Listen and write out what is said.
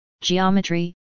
geometry